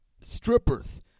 Strippers